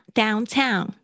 downtown